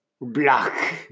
Block